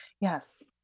Yes